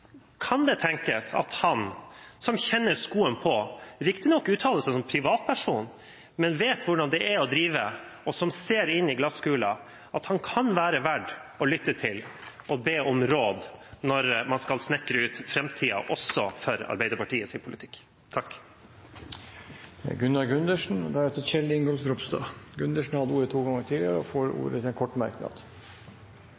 Kan det tenkes at lederen av Balsfjord Arbeiderparti, som er medlem av Bonde- og Småbrukarlaget i Troms, og som har skoen på – riktignok uttaler han seg som privatperson – vet hvordan det er å drive? Når han ser inn i glasskulen, kan han være verd å lytte til og be om råd når man skal snekre ut framtiden, også for Arbeiderpartiets politikk? Representanten Gunnar Gundersen har hatt ordet to ganger tidligere og får